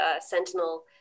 Sentinel